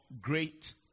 great